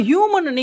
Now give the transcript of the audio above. Human